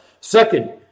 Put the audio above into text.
Second